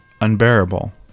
unbearable